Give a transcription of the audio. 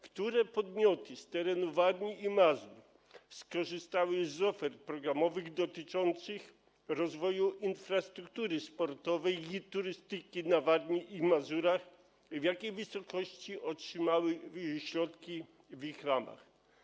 Które podmioty z terenu Warmii i Mazur skorzystały z ofert programowych dotyczących rozwoju infrastruktury sportowej i turystyki na Warmii i Mazurach i w jakiej wysokości otrzymały środki w ich ramach?